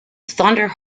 thunder